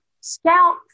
scout